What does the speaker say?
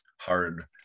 hard